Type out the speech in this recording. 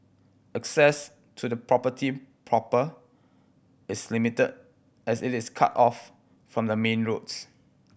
access to the property proper is limited as it is cut off from the main roads